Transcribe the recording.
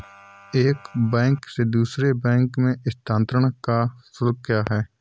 एक बैंक से दूसरे बैंक में स्थानांतरण का शुल्क क्या है?